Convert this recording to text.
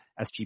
SGP